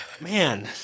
man